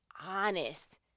honest